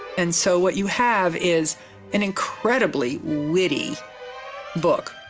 and so what you have is an incredibly witty book.